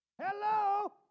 Hello